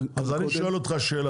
אני שואל שאלה.